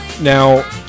Now